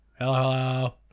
Hello